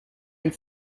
and